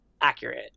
accurate